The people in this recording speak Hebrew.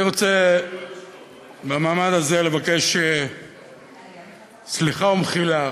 אני רוצה במעמד הזה לבקש סליחה ומחילה